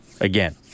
again